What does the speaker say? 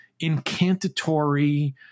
incantatory